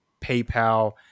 PayPal